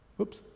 Oops